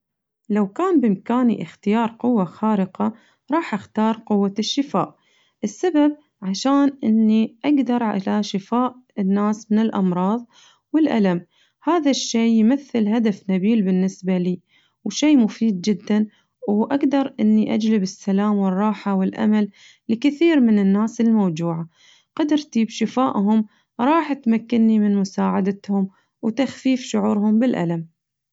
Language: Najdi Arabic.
لو كان بإمكاني اختيار قوة خارقة راح أختار قوة الشفاء السبب عشان إني أقدر على شفاء الناس من الأمراض والألم، هذا الشي يمثل هدف نبيل بالنسبة لي وشي مفيد جداً وأقدر إني أجلب السلام والراحة والأمل لكثير من الناس الموجوعة قدرتي بشفائهم راح تمكنني من مساعدتهم وتخفيف شعورهم بالألم.